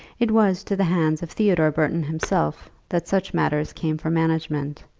it was to the hands of theodore burton himself that such matters came for management,